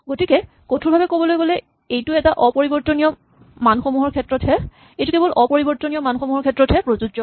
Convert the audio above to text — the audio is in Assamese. গতিকে কঠোৰভাৱে ক'বলৈ গ'লে এইটো কেৱল অপৰিৱৰ্তনীয় মানসমূহৰ ক্ষেত্ৰতহে প্ৰযোজ্য